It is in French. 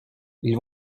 ils